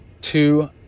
two